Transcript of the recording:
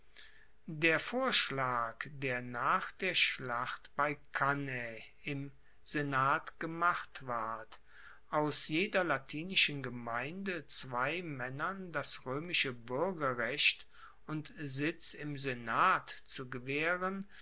der vorschlag der nach der schlacht bei cannae im senat gemacht ward aus jeder latinischen gemeinde zwei maennern das roemische buergerrecht und sitz im senat zu gewaehren